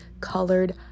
colored